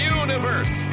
universe